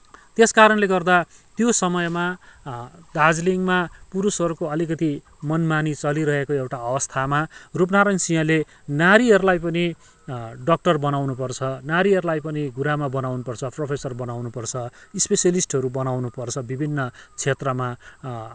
त्यस कारणले गर्दा त्यो समयमा दार्जिलिङमा पुरुषहरूको अलिकति मनमानी चलिरहेको एउटा अवस्थामा रूपनारायण सिंहले नारीहरूलाई पनि डक्टर बनाउनुपर्छ नारीहरूलाई पनि गुरुआमा बनाउनुपर्छ प्रोफेसर बनाउनुपर्छ स्पेसिलिस्टहरू बनाउनुपर्छ विभिन्न क्षेत्रमा